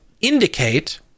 indicate